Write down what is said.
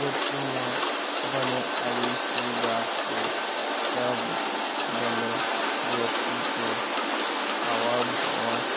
गोरसी म बने आगी सुलगाके सब बने गोरसी के आवर भावर